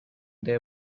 they